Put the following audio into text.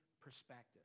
perspective